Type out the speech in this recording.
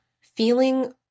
feeling